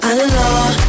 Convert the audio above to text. Allah